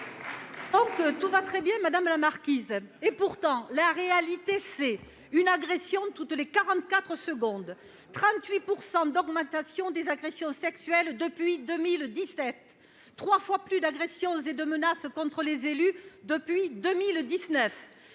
tout va très bien, madame la marquise ! Pourtant, la réalité est la suivante : 1 agression toutes les 44 secondes ; 38 % d'augmentation des agressions sexuelles depuis 2017 ; trois fois plus d'agressions et de menaces contre les élus depuis 2019